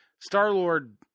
Star-Lord –